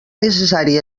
necessari